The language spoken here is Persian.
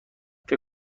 فکر